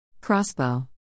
Crossbow